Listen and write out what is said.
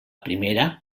primera